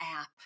app